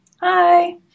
Hi